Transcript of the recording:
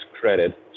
credit